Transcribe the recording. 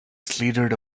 slithered